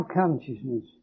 consciousness